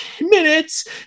minutes